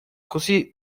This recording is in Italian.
così